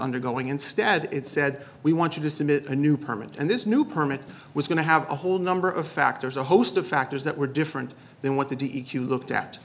undergoing instead it said we want you to submit a new permit and this new permit was going to have a whole number of factors a host of factors that were different than what the d e q looked at